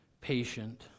patient